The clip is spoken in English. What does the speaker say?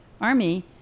army